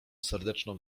serdeczną